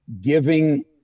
giving